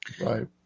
Right